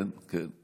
כן, כן.